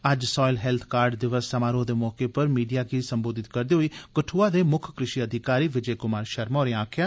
अज्ज soil health card दिवस समारोह दे मौके मीडिया गी सम्बोधित करदे होई कठुआ दे मुक्ख कृषि अधिकारी विजय कुमार शर्मा होरें आक्खेआ